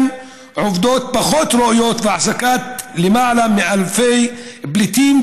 עובדות פחות ראויות והחזקת למעלה מאלפי פליטים,